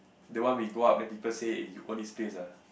the one we go up then people say eh you own this place ah